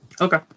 Okay